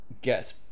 get